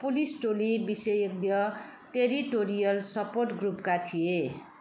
police टोली विशेषज्ञ territorial support ग्रुपका थिए